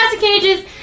cages